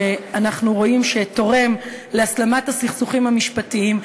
שאנחנו רואים שתורם להסלמת הסכסוכים המשפטיים,